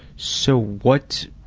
so, what.